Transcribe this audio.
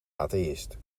atheïst